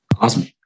Awesome